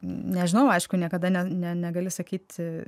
nežinau aišku niekada ne negali sakyt